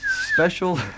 special